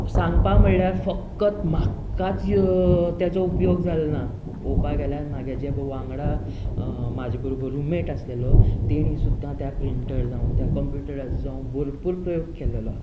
सांगपाचें म्हणल्यार फकत म्हाकाच ताजो उपयोग जालो ना पळोवपाक गेल्यार म्हज्या जे वांगडा म्हज्या बरोबर जो रुममेट आशिल्लो ताणें सुद्दां त्या प्रिंटर जावं त्या कंप्यूटराचो जावं भरपूर प्रयोग केल्लो आसा